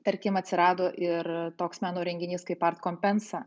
tarkim atsirado ir toks meno renginys kaip art kompensa